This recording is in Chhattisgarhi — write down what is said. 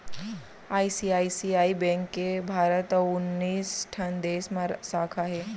आई.सी.आई.सी.आई बेंक के भारत अउ उन्नीस ठन देस म साखा हे